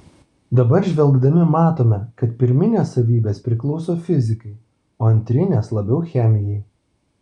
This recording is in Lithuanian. dabar žvelgdami matome kad pirminės savybės priklauso fizikai o antrinės labiau chemijai